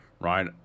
right